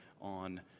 on